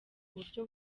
uburyo